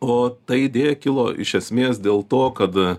o ta idėja kilo iš esmės dėl to kad